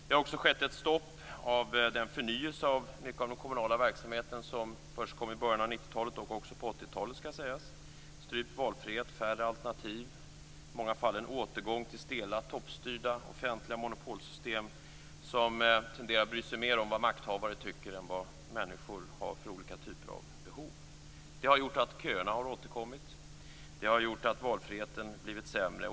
Det har också skett ett stopp för den förnyelse av mycket av den kommunala verksamheten som förekom i början av 90-talet och, det skall sägas, även på 80-talet: strypt valfrihet, färre alternativ, i många fall en återgång till stela, toppstyrda offentliga monopolsystem som tenderar att bry sig mer om vad makthavare tycker än vad människor har för behov. Detta har gjort att köerna återkommit och att valfriheten har blivit sämre.